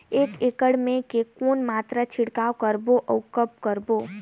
एक एकड़ मे के कौन मात्रा छिड़काव करबो अउ कब करबो?